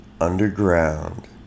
underground